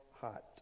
hot